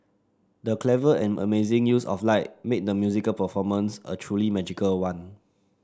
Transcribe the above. the clever and amazing use of light made the musical performance a truly magical one